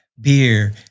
beer